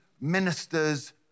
ministers